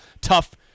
tough